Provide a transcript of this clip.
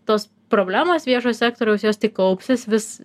tos problemos viešo sektoriaus jos tik kaupsis vis